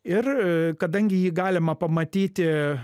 ir kadangi jį galima pamatyti